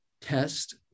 test